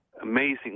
amazing